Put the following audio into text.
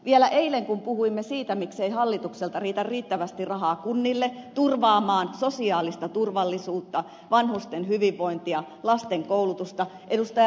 vielä eilen kun puhuimme siitä miksei hallitukselta riitä riittävästi rahaa kunnille turvaamaan sosiaalista turvallisuutta vanhusten hyvinvointia lasten koulutusta ed